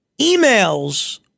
Emails